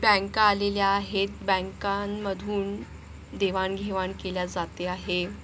बँका आलेल्या आहेत बँकांमधून देवाणघेवाण केल्या जाते आहे